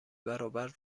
برابر